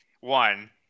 One